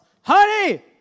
Honey